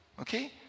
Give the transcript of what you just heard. okay